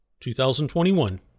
2021